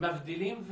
הם מבדילים,